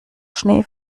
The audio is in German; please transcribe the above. schnee